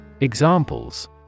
Examples